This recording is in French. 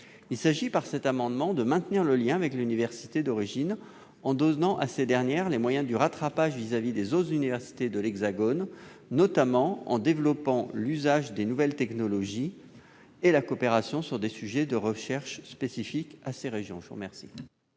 Il s'agit, par cet amendement, de maintenir le lien avec l'université d'origine en donnant à cette dernière les moyens de rattrapage vis-à-vis des autres universités de l'Hexagone, notamment en développant l'usage des nouvelles technologies et la coopération sur des sujets de recherche spécifiques à ces régions. Quel